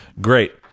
Great